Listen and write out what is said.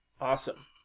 Awesome